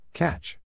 Catch